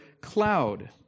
cloud